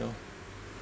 you know